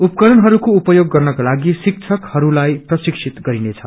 उपकरणहरूको उपयोग गर्नको लागि शिक्षकहरूलाई प्रशिक्षित गरिनेछ